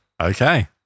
Okay